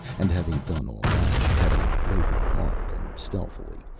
and having done all that, having labored hard and stealthily,